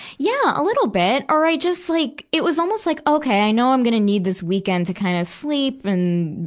yeah, a little bit. or i just, like, it was almost like, okay, i know i'm gonna need this weekend to kind of sleep and,